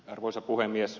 arvoisa puhemies